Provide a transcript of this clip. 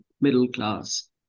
middle-class